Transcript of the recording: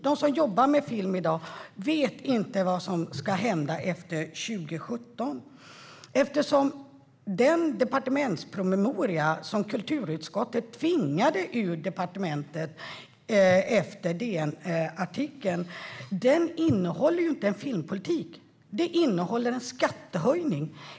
De som jobbar med film i dag vet inte vad som ska hända efter 2017 eftersom den departementspromemoria som kulturutskottet tvingade ur departementet efter DN-artikeln inte innehåller någon filmpolitik. Den innehåller en skattehöjning.